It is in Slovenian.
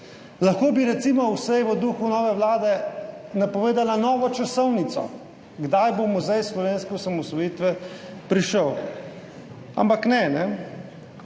Lahko bi recimo vsaj v duhu nove vlade napovedala novo časovnico, kdaj bo muzej slovenske osamosvojitve prišel. Ampak ne.